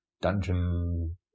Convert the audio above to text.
dungeon